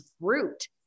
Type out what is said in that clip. fruit